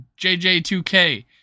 JJ2K